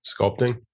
Sculpting